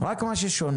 רק מה ששונה.